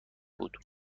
بود